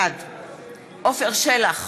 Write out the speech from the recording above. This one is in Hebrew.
בעד עפר שלח,